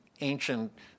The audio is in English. ancient